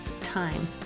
Time